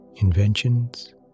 inventions